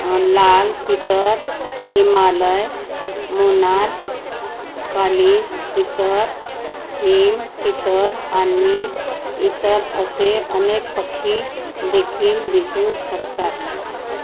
लाल तितर हिमालय मुनाल काली तितर हिम तितर आणि इतर असे अनेक पक्षीदेखील दिसू शकतात